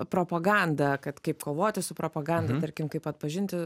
propagandą kad kaip kovoti su propaganda tarkim kaip atpažinti